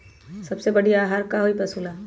सबसे बढ़िया आहार का होई पशु ला?